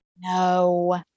No